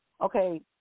Okay